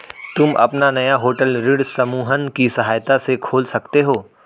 तुम अपना नया होटल ऋण समूहन की सहायता से खोल सकते हो